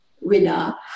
winner